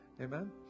Amen